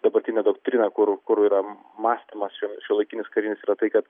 dabartinė doktrina kur kur yra mąstymas šiuo šiuolaikinis karinis yra tai kad